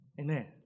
Amen